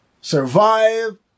survive